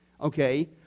okay